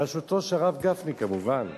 בראשותו של הרב גפני כמובן.